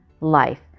life